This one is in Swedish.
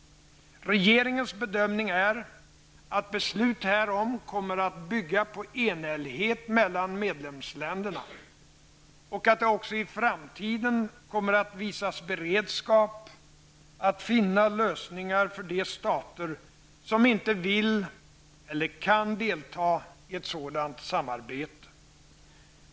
Regeringens bedömning är att beslut härom kommer att bygga på enhällighet mellan medlemsländerna och att det också i framtiden kommer att visas beredskap att finna lösningar för de stater som inte vill eller kan delta i ett sådant samarbete.